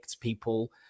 people